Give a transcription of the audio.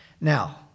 Now